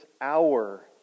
hour